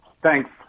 Thanks